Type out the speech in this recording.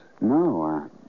No